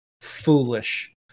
foolish